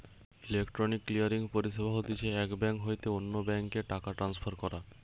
electronic clearing পরিষেবা হতিছে এক বেঙ্ক হইতে অন্য বেঙ্ক এ টাকা ট্রান্সফার করা